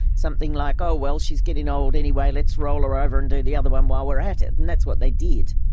something like, oh well, she's getting old anyway, let's roll her over and do the other one while we're at it. and that's what they did.